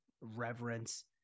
reverence